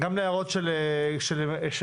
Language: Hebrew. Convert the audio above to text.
גם להערות של